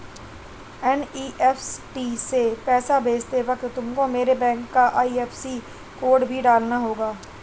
NEFT से पैसा भेजते वक्त तुमको मेरे बैंक का आई.एफ.एस.सी कोड भी डालना होगा